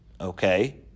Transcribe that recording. Okay